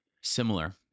Similar